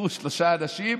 נעצרו שלושה אנשים,